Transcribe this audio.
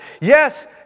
Yes